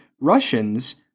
Russians